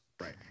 Right